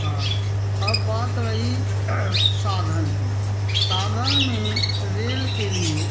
हाँ अब बात रही साधन की साधन में रेल के लिए